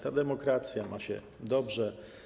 Ta demokracja ma się dobrze.